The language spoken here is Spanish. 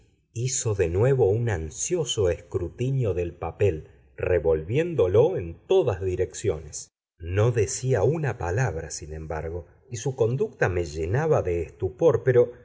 hizo de nuevo un ansioso escrutinio del papel revolviéndolo en todas direcciones no decía una palabra sin embargo y su conducta me llenaba de estupor pero